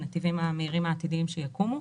בנתיבים המהירים העתידיים שיקומו.